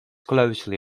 closely